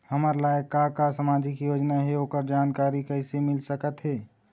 हमर लायक का का सामाजिक योजना हे, ओकर जानकारी कइसे मील सकत हे?